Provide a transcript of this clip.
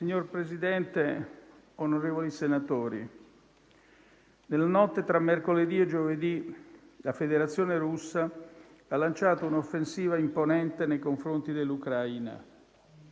Signor Presidente, onorevoli senatori, nella notte tra mercoledì e giovedì la Federazione Russa ha lanciato un'offensiva imponente nei confronti dell'Ucraina.